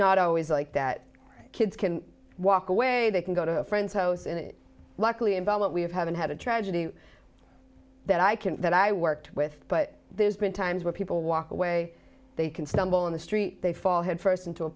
not always like that kids can walk away they can go to a friend's house and luckily involvement we have haven't had a tragedy that i can that i worked with but there's been times where people walk away they can stumble in the street they fall headfirst into a